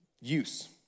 use